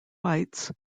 whites